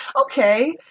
okay